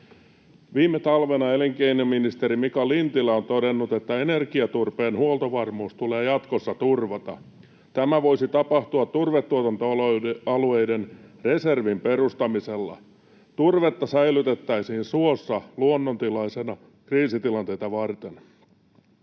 Viime talvena elinkeinoministeri Mika Lintilä on todennut, että energiaturpeen huoltovarmuus tulee jatkossa turvata. Tämä voisi tapahtua turvetuotantoalueiden reservin perustamisella. Turvetta säilytettäisiin suossa luonnontilaisena kriisitilanteita varten.